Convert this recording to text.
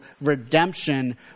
redemption